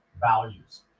values